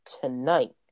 tonight